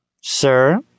Sir